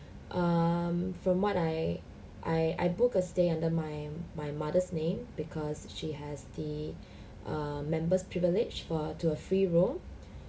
um from what I I I book a stay under my my mother's name because she has the err members' privilege for to a free room